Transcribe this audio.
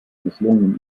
misslungenen